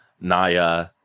naya